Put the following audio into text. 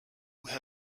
have